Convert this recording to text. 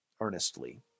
earnestly